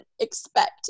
expect